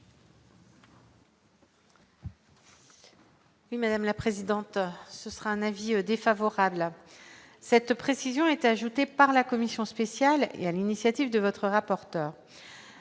Oui, madame la présidente, ce sera un avis défavorable, cette précision est ajouté par la commission spéciale et, à l'initiative de votre rapporteur,